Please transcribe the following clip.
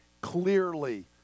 clearly